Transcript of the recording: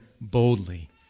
boldly